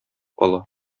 ала